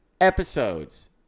episodes